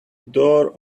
door